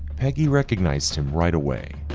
peggy recognized him right away,